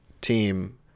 team